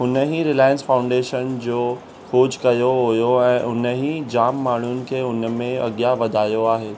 हुन ई Reliance Foundation जो खोज कयो हुयो ऐं उन ई जामु माण्हुनि खे उनमें अॻियां वधायो आहे